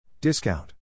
Discount